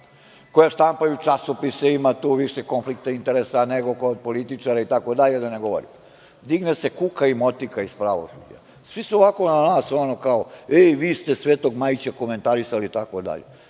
koja štampaju časopisa. Ima tu više konflikta interesa nego kod političara itd, da ne govorim. Digne se kuka i motika iz pravosuđa. Svi su ovako, kao, vi ste svetog Majića komentarisali itd.